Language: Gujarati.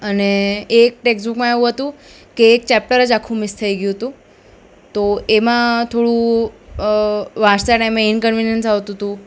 અને એક ટેક્સબુકમાં એવું હતું કે એક ચેપ્ટર જ આખું મિસ થઈ ગયું હતું તો એમાં થોડું વાંચતા ટાઈમે થોડું ઇન્કન્વીન્સ આવતું હતું